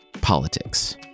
Politics